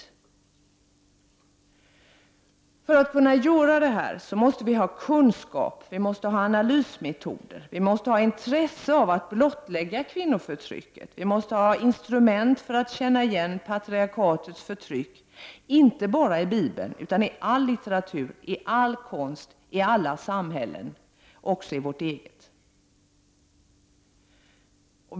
Och för att kunna göra det måste vi ha kunskap och analysmetoder, vi måste ha intresse av att blottlägga kvinnoförtrycket och vi måste ha instrument för att känna igen patriarkatets förtryck inte bara i Bibeln utan i all litteratur, i all konst, i alla samhällen — också i vårt eget.